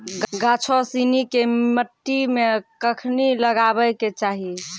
गाछो सिनी के मट्टी मे कखनी लगाबै के चाहि?